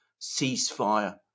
ceasefire